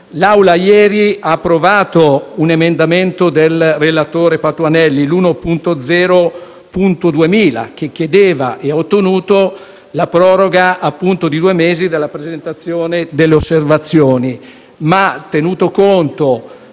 l'Assemblea ieri ha approvato un emendamento del relatore Patuanelli, l'1.0.2.000, che chiedeva - e ha ottenuto - la proroga di due mesi della presentazione delle osservazioni. Tenuto conto